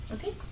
Okay